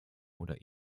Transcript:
oder